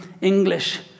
English